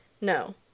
No